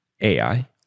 ai